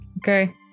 Okay